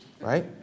Right